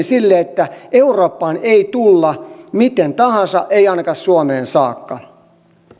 sille että eurooppaan ei tulla miten tahansa ei ainakaan suomeen saakka